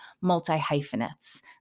multi-hyphenates